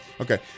Okay